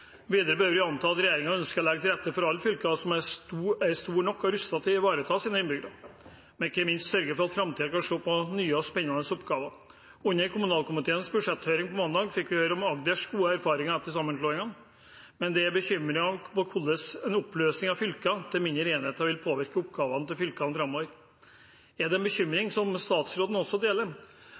Videre bør vi anta at regjeringen ønsker å legge til rette for at alle fylker er store nok og rustet til å ivareta sine innbyggere, men ikke minst sørge for at man i framtiden kan se på nye og spennende oppgaver. Under kommunalkomiteens budsjetthøring på mandag fikk vi høre om Agders gode erfaringer etter sammenslåingen. Men det bekymrer hvordan en oppløsning av fylkene til mindre enheter vil påvirke oppgavene til fylkene framover. Er det en bekymring som statsråden også deler?